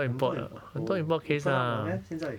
很多 import oh open up liao meh 现在